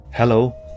Hello